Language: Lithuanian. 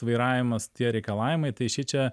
vairavimas tie reikalavimai tai šičia